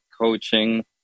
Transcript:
coaching